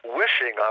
wishing